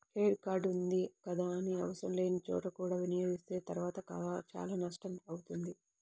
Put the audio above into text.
credit card ఉంది కదా అని ఆవసరం లేని చోట కూడా వినియోగిస్తే తర్వాత చాలా కష్టం అవుతుంది